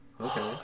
Okay